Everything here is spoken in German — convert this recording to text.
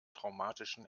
traumatischen